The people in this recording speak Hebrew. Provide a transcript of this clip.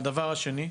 והדבר השני?